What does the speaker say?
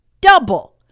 double